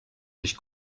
ich